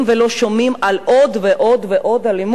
שומעים על עוד ועוד אלימות במשפחה.